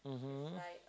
mmhmm